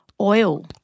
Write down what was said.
oil